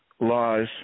laws